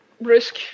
risk